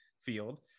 field